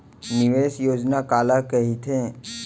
निवेश योजना काला कहिथे?